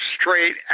straight